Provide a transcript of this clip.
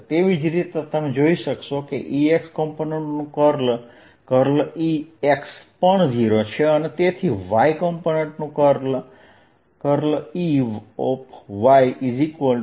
તે જ રીતે તમે જોઈ શકો છો કે Ex કમ્પોનન્ટનું કર્લ x પણ 0 છે અને તેથી y કમ્પોનન્ટનું કર્લ y પણ 0 છે